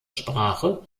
sprache